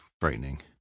frightening